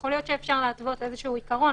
ויכול להיות שאפשר להתוות איזה עיקרון,